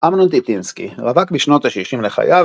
אמנון טיטינסקי רווק בשנות ה-60 לחייו,